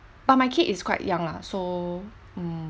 but my kid is quite young lah so hmm